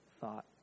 thought